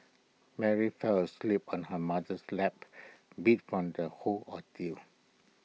Mary fell asleep on her mother's lap beat from the whole ordeal